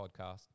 podcast